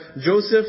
Joseph